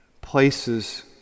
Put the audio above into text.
Places